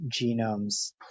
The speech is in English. genomes